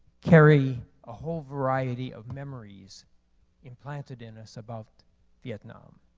carry a whole variety of memories implanted in us about vietnam.